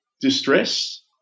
distress